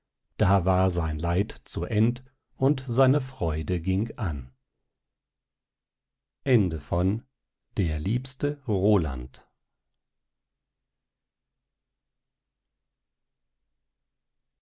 da war sein leid zu end und seine freude ging an